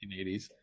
1980s